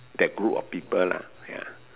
that group of people lah ya